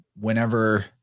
whenever